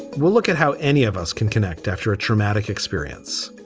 we'll look at how any of us can connect after a traumatic experience.